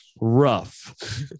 Rough